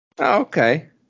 Okay